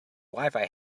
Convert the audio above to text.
wifi